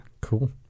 Cool